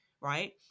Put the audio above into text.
right